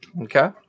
Okay